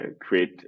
create